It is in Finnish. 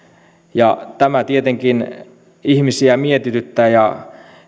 tämä tietenkin ihmisiä mietityttää ja